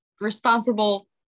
responsible